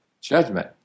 Judgment